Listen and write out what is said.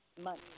money